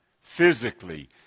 physically